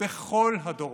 בכל הדורות,